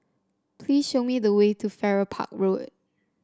please show me the way to Farrer Park Road